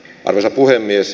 arvoisa puhemies